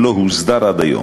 שלא הוסדר עד היום,